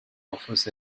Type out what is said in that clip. offers